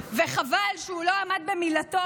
וחבל שהוא לא עמד במילתו,